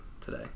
today